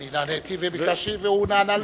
אני נעניתי וביקשתי, והוא נענה.